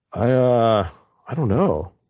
i i don't know.